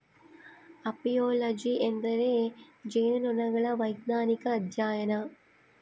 apiology ಎಂದರೆ ಜೇನುನೊಣಗಳ ವೈಜ್ಞಾನಿಕ ಅಧ್ಯಯನ